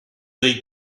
dei